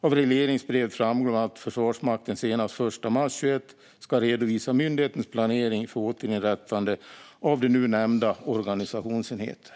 Av regleringsbrevet framgår bland annat att Försvarsmakten senast den 1 mars 2021 ska redovisa myndighetens planering för återinrättandet av nu nämnda organisationsenheter.